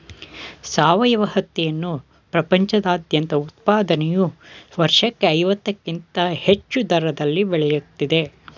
ಸಾವಯವ ಹತ್ತಿಯನ್ನು ಪ್ರಪಂಚದಾದ್ಯಂತ ಉತ್ಪಾದನೆಯು ವರ್ಷಕ್ಕೆ ಐವತ್ತಕ್ಕಿಂತ ಹೆಚ್ಚು ದರದಲ್ಲಿ ಬೆಳೆಯುತ್ತಿದೆ